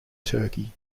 turkey